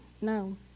no